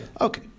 Okay